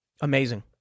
Amazing